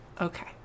Okay